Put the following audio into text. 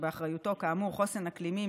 שבאחריותו כאמור חוסן אקלימי,